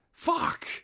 Fuck